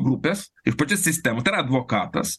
grupės ir pačios sistemos tai yra advokatas